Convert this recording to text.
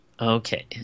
Okay